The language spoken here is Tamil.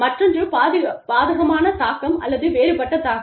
மற்றொன்று பாதகமான தாக்கம் அல்லது வேறுபட்ட தாக்கம்